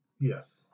yes